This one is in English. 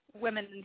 women